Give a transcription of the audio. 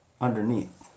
Underneath